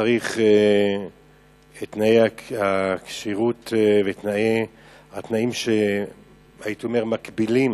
שלפיה ייקבעו תנאי כשירות ותנאים שמקבילים